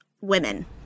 women